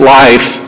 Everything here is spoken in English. life